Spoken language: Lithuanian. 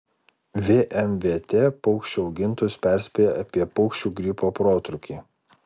vmvt paukščių augintojus perspėja apie paukščių gripo protrūkį